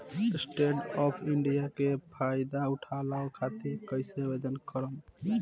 Stand up India के फाइदा उठाओ खातिर कईसे आवेदन करेम?